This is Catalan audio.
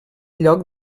lloc